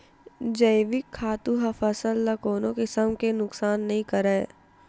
जइविक खातू ह फसल ल कोनो किसम के नुकसानी नइ करय